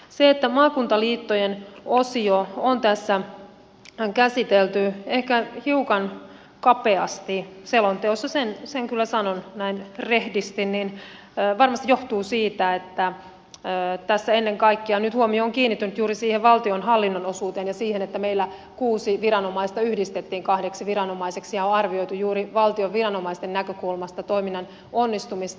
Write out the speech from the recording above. se että maakuntaliittojen osio on käsitelty ehkä hiukan kapeasti selonteossa sen kyllä sanon näin rehdisti varmasti johtuu siitä että tässä ennen kaikkea huomio on kiinnittynyt juuri siihen valtionhallinnon osuuteen ja siihen että meillä kuusi viranomaista yhdistettiin kahdeksi viranomaiseksi ja on arvioitu juuri valtion viranomaisten näkökulmasta toiminnan onnistumista